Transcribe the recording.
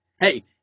Hey